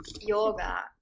yoga